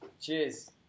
Cheers